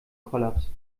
kollaps